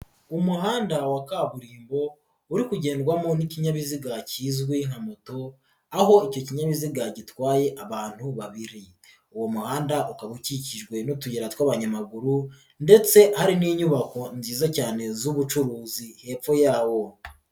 Umuhanda wa kaburimbo uri kugendwamo n'ikinyabiziga kizwi nka moto, aho icyo kinyabiziga gitwaye abantu babiri, uwo muhanda ukaba ukikijwe n'utuyi tw'abanyamaguru ndetse hari n'inyubako nziza cyane z'ubucuruzi hepfo yawo.